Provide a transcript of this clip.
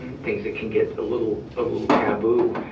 and things that can get a little, a little taboo.